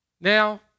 Now